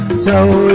so